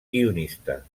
guionista